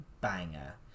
banger